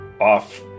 off